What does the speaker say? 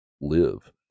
live